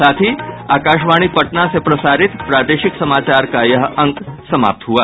इसके साथ ही आकाशवाणी पटना से प्रसारित प्रादेशिक समाचार का ये अंक समाप्त हुआ